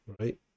right